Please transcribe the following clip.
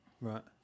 Right